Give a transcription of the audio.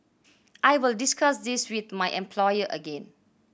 I will discuss this with my employer again